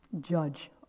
judge